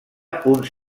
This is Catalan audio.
punts